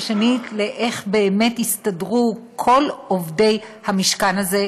ושנית ל-איך באמת הסתדרו כל עובדי המשכן הזה,